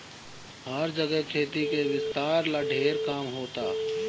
हर जगे खेती के विस्तार ला ढेर काम होता